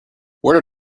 where